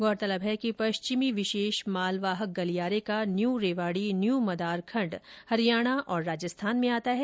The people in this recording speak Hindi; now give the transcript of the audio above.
गौरतलब है कि पश्चिमी विशेष मालवाहक गलियारे का न्यू रेवाड़ी न्यू मदार खण्ड हरियाणा और राजस्थान में आता है